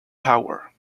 power